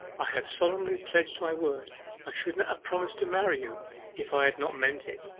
i have solemnly pledged my word i should not have promised to marry you if i had not meant it.